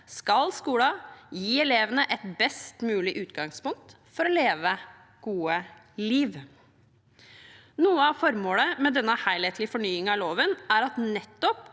skal skolen gi elevene et best mulig utgangspunkt for å leve et godt liv. Noe av formålet med denne helhetlige fornyingen av loven er at alle